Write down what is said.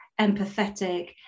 empathetic